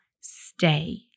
stay